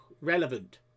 relevant